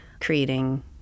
creating